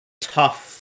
tough